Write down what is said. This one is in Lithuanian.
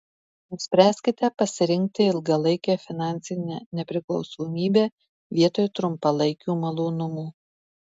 nuspręskite pasirinkti ilgalaikę finansinę nepriklausomybę vietoj trumpalaikių malonumų